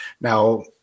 Now